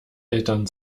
eltern